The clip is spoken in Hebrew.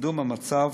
קידום המצב